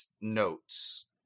notes